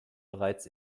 bereits